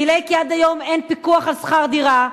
delay, כי עד היום אין פיקוח על שכר דירה.